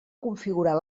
configurar